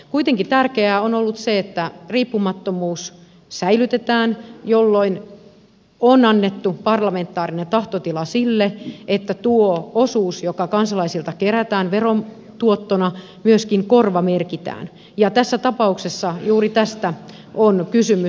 kuitenkin tärkeää on ollut se että riippumattomuus säilytetään jolloin on annettu parlamentaarinen tahtotila sille että tuo osuus joka kansalaisilta kerätään verotuottona myöskin korvamerkitään ja tässä ta pauksessa juuri tästä on kysymys